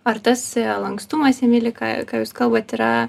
ar tas lankstumas emili ką ką jūs kalbat yra